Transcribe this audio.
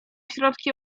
środki